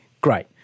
great